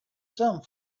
some